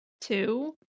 two